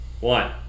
one